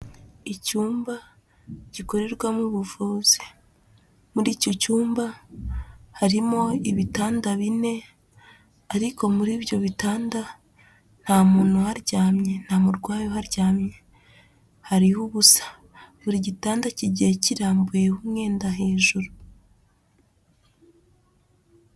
Icyumba gikorerwamo ubuvuzi, muri icyo cyumba harimo ibitanda bine ariko muri ibyo bitanda nta muntu uharyamye, nta murwayi uharyamye hariho ubusa. Buri gitanda kigiye kirambuyeho umwenda hejuru.